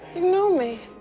know me.